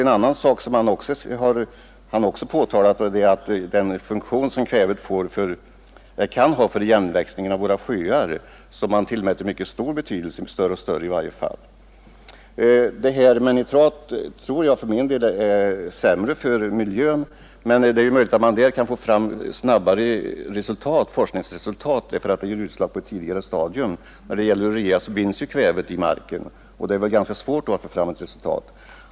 En annan sak som forskningschefen Hannerz pekat på är den funktion som kvävet kan ha för igenväxningen av våra sjöar; den får troligen större och större betydelse. Det här med ammoniumnitrat tror jag för min del är sämre för miljön, men det är möjligt att man där kan få fram snabbare forskningsresultat, därför att det ger utslag på ett tidigare stadium. När det gäller urea binds ju kvävet i marken, och det är väl då ganska svårt att få fram effekten på kort tid.